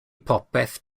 popeth